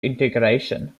integration